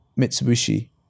Mitsubishi